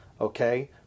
okay